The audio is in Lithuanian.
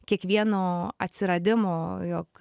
kiekvienu atsiradimu jog